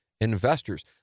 investors